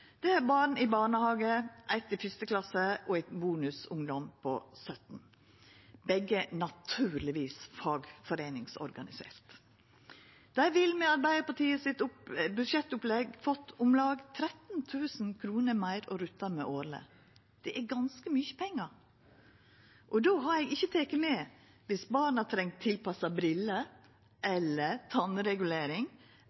har eitt barn i barnehage, eitt i 1. klasse og ein bonusungdom på 17 år. Begge foreldra er naturlegvis fagorganiserte. Dei ville med Arbeidarpartiet sitt budsjettopplegg fått om lag 13 000 kr meir å rutta med årleg. Det er ganske mykje pengar. Og då har eg ikkje teke med viss barna treng tilpassa briller